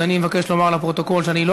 אז אני מבקש לומר לפרוטוקול שאני לא